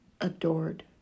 adored